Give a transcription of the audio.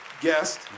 Guest